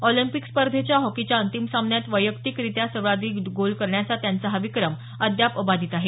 Olympic स्पर्धेत हॉकीच्या अंतिम सामन्यात वैयक्तिकरित्या सर्वाधिक गोल करण्याच्या त्यांचा हा विक्रम अद्याप अबाधित आहे